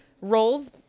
roles